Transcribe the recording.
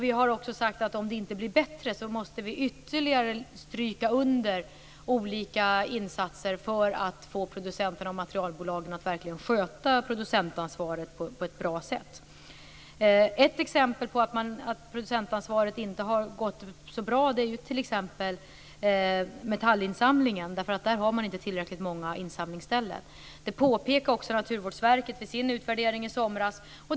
Vi har också sagt att vi, om det inte blir bättre, ytterligare måste stryka under olika insatser för att få producenter och materialbolag att verkligen sköta producentansvaret på ett bra sätt. Ett exempel på att producentansvaret inte har gått så bra är metallinsamlingen. Det finns inte tillräckligt många insamlingsställen. Detta påpekade Naturvårdsverket i sin utvärdering i somras.